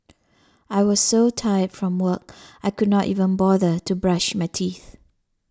I was so tired from work I could not even bother to brush my teeth